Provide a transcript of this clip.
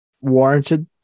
warranted